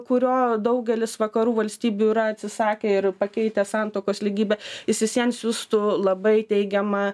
kurio daugelis vakarų valstybių yra atsisakę ir pakeitę santuokos lygybe jis vis vien siųstų labai teigiamą